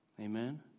Amen